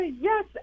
Yes